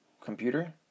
computer